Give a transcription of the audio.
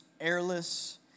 airless